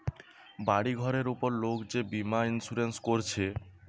বাড়ি ঘরের উপর লোক যে বীমা ইন্সুরেন্স কোরছে